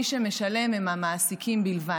מי שמשלם הם המעסיקים בלבד,